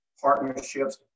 partnerships